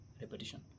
repetition